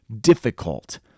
difficult